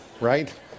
right